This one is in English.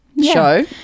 show